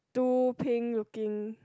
two pink looking